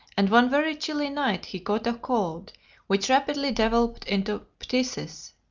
and one very chilly night he caught a cold which rapidly developed into phthisis.